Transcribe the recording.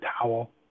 towel